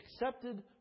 accepted